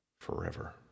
forever